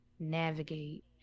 navigate